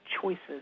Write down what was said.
choices